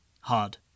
Hard